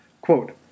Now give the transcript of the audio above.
Quote